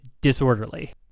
disorderly